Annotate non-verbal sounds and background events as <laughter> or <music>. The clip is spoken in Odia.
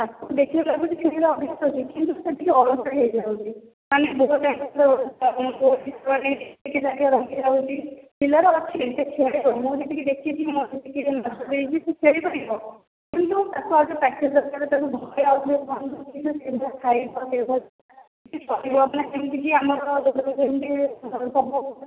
ତାକୁ ଦେଖିଲେ ଲାଗୁଛି ଟିକେ ଅଭ୍ୟାସ ଅଛି କିନ୍ତୁ ସେ ଟିକେ ଅଳସୁଆ ହେଇଯାଉଛି <unintelligible> ପିଲାର ଅଛି କିନ୍ତୁ ତାକୁ ଆଉଟିକେ <unintelligible> ପ୍ରାକ୍ଟିସ ଦରକାର ତାକୁ ଭୋକ <unintelligible> ଲାଗୁଥିଲେ <unintelligible>